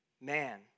man